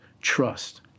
trust